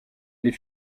les